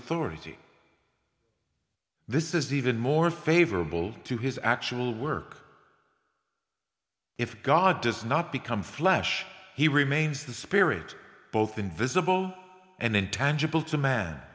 authority this is even more favorable to his actual work if god does not become flesh he remains the spirit both invisible and intangible to man